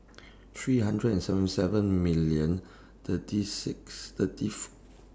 three hundred and seventy seven million thirty six thirty four